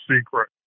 secret